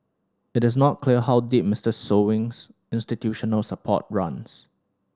it is not clear how deep Mister Sewing's institutional support runs